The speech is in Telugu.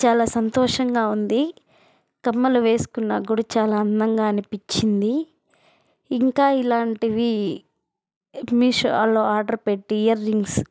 చాలా సంతోషంగా ఉంది కమ్మలు వేసుకున్నకూడ చాలా అందంగా అనిపించింది ఇంకా ఇలాంటివి మీషోలో ఆర్డర్ పెట్టి ఇయర్ రింగ్స్